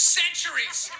centuries